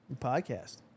Podcast